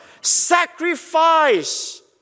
sacrifice